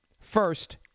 First